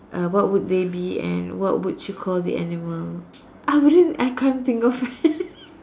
uh what would they be and what would you call the animal I wouldn't I can't think of